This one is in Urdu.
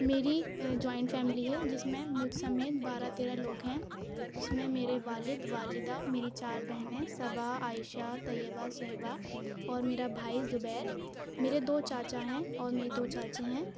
میری جوائنٹ فیملی ہے جس میں مجھ سمیت بارہ تیرہ لوگ ہیں اس میں میرے والد والدہ میری چار بہنیں صبا عائشہ طیبہ صہبا اور میرا بھائی زبیر میرے دو چاچا ہیں اور میری دو چاچی ہیں